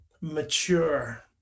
mature